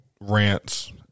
rants